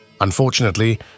Unfortunately